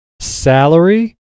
salary